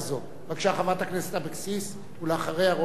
בבקשה, חברת הכנסת אבקסיס, ואחריה, רונית תירוש.